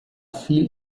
fiel